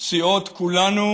סיעות כולנו